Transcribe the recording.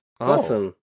Awesome